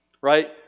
right